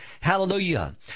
Hallelujah